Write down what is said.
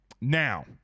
now